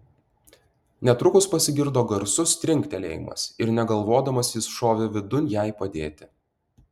netrukus pasigirdo garsus trinktelėjimas ir negalvodamas jis šovė vidun jai padėti